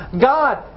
God